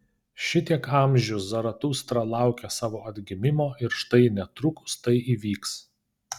šitiek amžių zaratustra laukė savo atgimimo ir štai netrukus tai įvyks